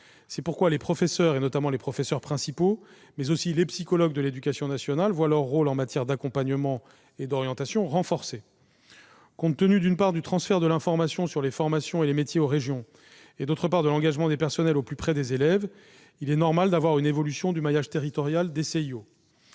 C'est pourquoi les professeurs, notamment les professeurs principaux, ainsi que les psychologues de l'éducation nationale voient leur rôle en matière d'accompagnement et d'orientation renforcé. Compte tenu, d'une part, du transfert de l'information sur les formations et les métiers aux régions, et, d'autre part, de l'engagement des personnels au plus près des élèves, il est normal d'envisager une évolution du maillage territorial des CIO.